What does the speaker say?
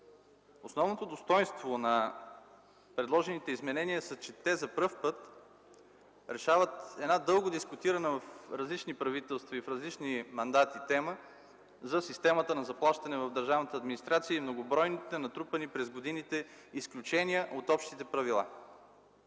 Основното достойнство на предложените изменения е, че те за първи път решават една дълго дискутирана в различни правителства и в различни мандати тема за системата на заплащане в държавната администрация и многобройните, натрупани през годините, изключения от общите правила.